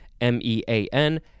M-E-A-N